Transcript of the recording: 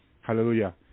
Hallelujah